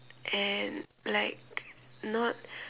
and like not